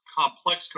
complex